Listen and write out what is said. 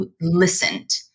listened